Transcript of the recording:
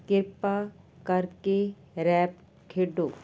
ਕਿਰਪਾ ਕਰਕੇ ਰੈਪ ਖੇਡੋ